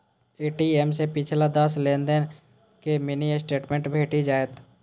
ATM सं पिछला दस लेनदेन के मिनी स्टेटमेंट भेटि जायत